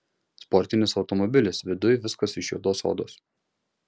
sportinis automobilis viduj viskas iš juodos odos